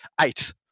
Eight